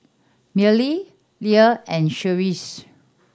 Milly Leanne and Cherise